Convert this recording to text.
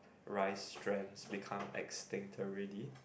rice strain become extinct already